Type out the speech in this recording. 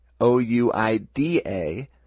O-U-I-D-A